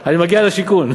אני מגיע לשיכון,